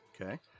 okay